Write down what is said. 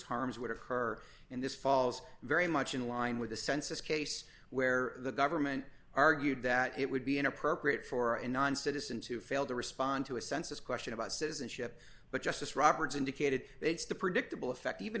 harms would have her and this falls very much in line with the census case where the government argued that it would be inappropriate for a non citizen to fail to respond to a census question about citizenship but justice roberts indicated it's the predictable e